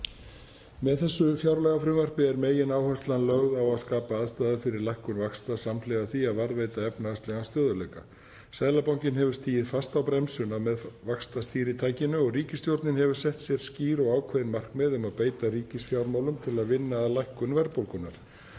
Með þessu fjárlagafrumvarpi er megináherslan lögð á að skapa aðstæður fyrir lækkun vaxta samhliða því að varðveita efnahagslegan stöðugleika. Seðlabankinn hefur stigið fast á bremsuna með vaxtastýritækinu og ríkisstjórnin hefur sett sér skýr og ákveðin markmið um að beita ríkisfjármálunum til að vinna að lækkun verðbólgunnar.